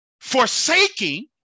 forsaking